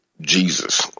Jesus